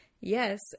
Yes